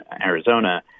Arizona